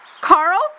Carl